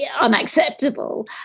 unacceptable